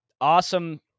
Awesome